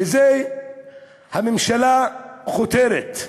לזה הממשלה חותרת,